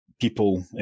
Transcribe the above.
people